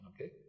okay